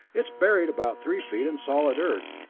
it's buried about three feet in solid earth,